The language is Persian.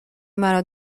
منو